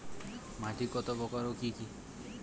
মাটি কত প্রকার ও কি কি?